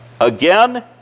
Again